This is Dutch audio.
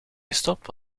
gestopt